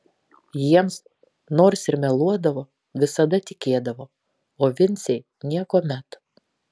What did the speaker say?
jiems nors ir meluodavo visada tikėdavo o vincei niekuomet